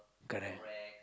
correct